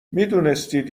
میدونستید